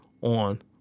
on